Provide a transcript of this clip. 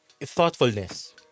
thoughtfulness